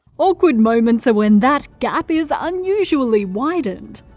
awkward moments are when that gap is ah unusually widened.